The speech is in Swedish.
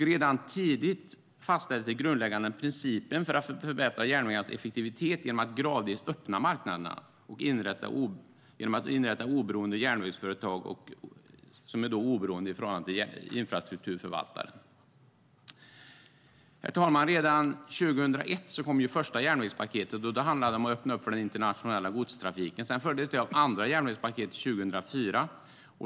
Redan tidigt fastställdes de grundläggande principerna för att förbättra järnvägarnas effektivitet genom att gradvis öppna marknaderna och inrätta järnvägsföretag som är oberoende i förhållande till infrastrukturförvaltaren. Herr talman! Redan 2001 kom det första järnvägspaketet. Det handlade om att öppna upp för den internationella godstrafiken. Sedan följdes det av andra järnvägspaketet 2004.